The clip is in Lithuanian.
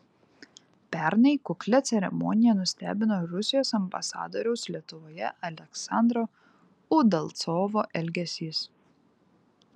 pernai kuklia ceremonija nustebino rusijos ambasadoriaus lietuvoje aleksandro udalcovo elgesys